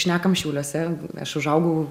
šnekam šiauliuose aš užaugau